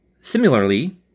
Similarly